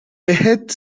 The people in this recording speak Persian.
بهت